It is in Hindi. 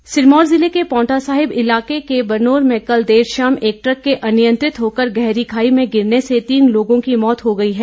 हादसा सिरमौर जिले के पांवटा साहिब इलाके के बनोर में कल देर शाम एक ट्रक के अनियंत्रित होकर गहरी खाई में गिरने से तीन लोगों की मौत हो गई है